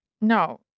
No